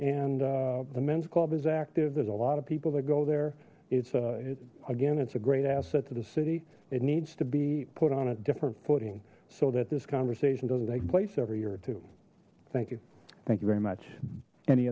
and the men's club is active there's a lot of people that go there it's a again it's a great asset to the city it needs to be put on a different footing so that this conversation doesn't take place every year or two thank you thank you very much any